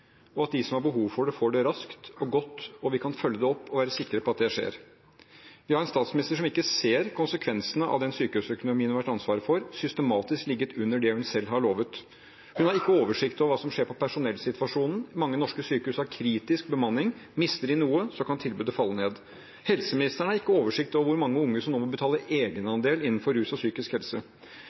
at de som har behov for det, får det raskt og godt, og at vi kan følge det opp godt og være sikre på at det skjer. Vi har en statsminister som ikke ser konsekvensene av den sykehusøkonomien hun har hatt ansvaret for, som systematisk har ligget under det hun selv har lovet. Hun har ikke oversikt over hva som skjer med personellsituasjonen. Mange norske sykehus har kritisk bemanning. Mister de noen, kan tilbudene falle. Helseministeren har ikke oversikt over hvor mange unge innenfor rus og psykisk helse som nå må betale egenandel.